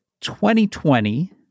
2020